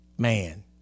Man